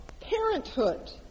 parenthood